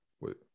Wait